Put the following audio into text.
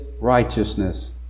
righteousness